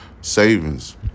savings